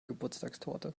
geburtstagstorte